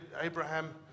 Abraham